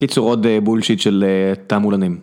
קיצור, עוד בולשיט של תעמולנים.